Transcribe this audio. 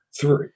Three